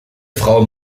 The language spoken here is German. frau